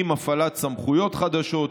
עם הפעלת סמכויות חדשות,